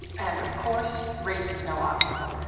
and, of course, race is no obstacle.